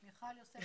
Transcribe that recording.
אף אחד לא יודע.